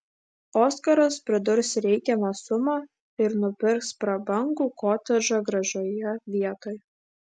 oskaras pridurs reikiamą sumą ir nupirks prabangų kotedžą gražioje vietoj